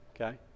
okay